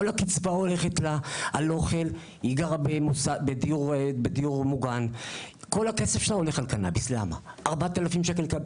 היא גרה בדיור מוגן ומקבלת קצבה של כ-4,000 ₪.